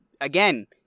again